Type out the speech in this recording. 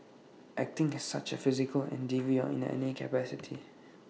acting is such A physical endeavour in any capacity